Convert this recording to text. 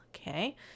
okay